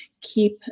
keep